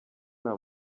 nta